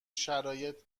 شرایط